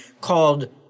called